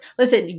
Listen